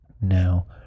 now